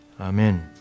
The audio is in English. Amen